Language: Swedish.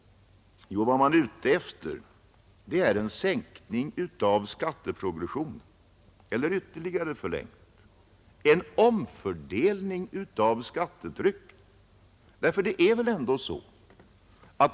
Jo, vad man är ute efter är en sänkning av skatteprogressionen, eller en omfördelning av skattetrycket.